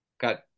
got